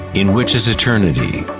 in which is eternity.